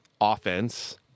offense